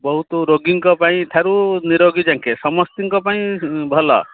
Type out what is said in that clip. ବହୁତ ରୋଗୀଙ୍କ ପାଇଁ ଠାରୁ ନିରୋଗୀ ଯାଙ୍କେ ସମସ୍ତଙ୍କ ପାଇଁ ଭଲ